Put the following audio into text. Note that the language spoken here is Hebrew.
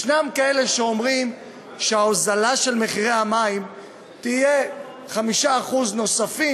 יש כאלה שאומרים שההוזלה של מחירי המים תהיה 5% נוספים,